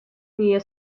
near